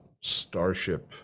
Starship